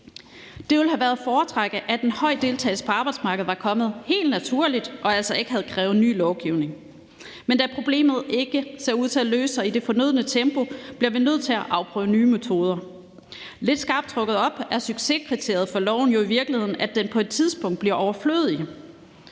Det ville have været at foretrække, at en høj deltagelse på arbejdsmarkedet var kommet helt naturligt og altså ikke havde krævet ny lovgivning, men da problemet ikke ser ud til at løse sig i det fornødne tempo, bliver vi nødt til at afprøve nye metoder. Lidt skarpt trukket op er succeskriteriet for loven jo i virkeligheden, at den på et tidspunkt bliver overflødig